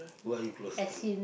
who are you close to